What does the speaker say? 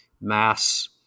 mass